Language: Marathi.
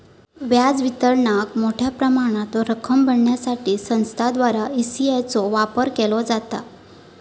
व्याज वितरणाक मोठ्या प्रमाणात रक्कम भरण्यासाठी संस्थांद्वारा ई.सी.एस चो वापर केलो जाता